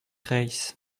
reiss